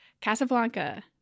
Casablanca